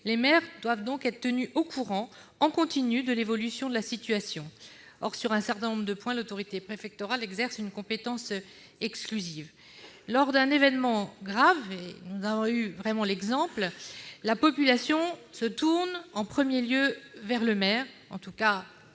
les maires doivent être tenus au courant en continu de l'évolution de la situation. Or, sur un certain nombre de points, l'autorité préfectorale exerce une compétence exclusive. Lors d'un événement grave, la population, le plus souvent, se tourne en premier lieu vers le maire. Il se peut alors que ce